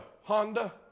Honda